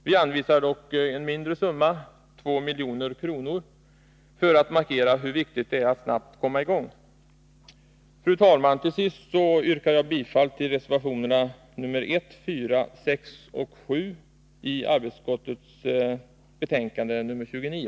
Vi anvisar dock en mindre summa, 2 milj.kr., för att markera hur viktigt det är att snabbt komma i gång. Fru talman! Till sist yrkar jag bifall till reservationerna 1, 4, 6 och 7 i arbetsmarknadsutskottets betänkande 29.